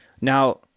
Now